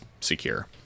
secure